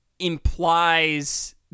implies